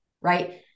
right